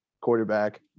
quarterback